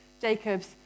Jacob's